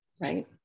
right